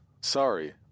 Sorry